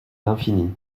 l’infini